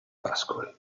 pascoli